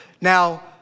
now